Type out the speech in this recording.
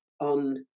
on